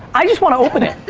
i just want to open it.